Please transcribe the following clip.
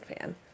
fan